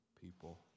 people